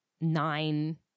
nine